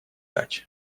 дач